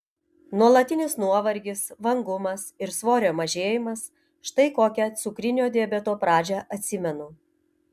nuolatinis nuovargis vangumas ir svorio mažėjimas štai kokią cukrinio diabeto pradžią atsimenu